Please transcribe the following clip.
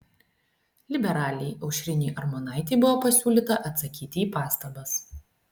liberalei aušrinei armonaitei buvo pasiūlyta atsakyti į pastabas